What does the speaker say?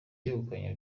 yegukanye